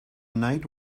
night